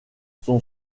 son